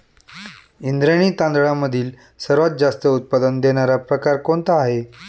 इंद्रायणी तांदळामधील सर्वात जास्त उत्पादन देणारा प्रकार कोणता आहे?